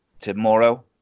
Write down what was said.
tomorrow